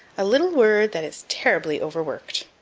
a little word that is terribly overworked.